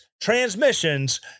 transmissions